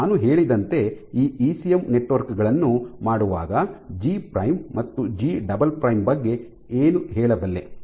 ನಾನು ಹೇಳಿದಂತೆ ಈ ಇಸಿಎಂ ನೆಟ್ವರ್ಕ್ ಗಳನ್ನು ಮಾಡುವಾಗ ಜಿ ಪ್ರೈಮ್ G' ಮತ್ತು ಜಿ ಡಬಲ್ ಪ್ರೈಮ್ G" ಬಗ್ಗೆ ಏನು ಹೇಳಬಲ್ಲೆ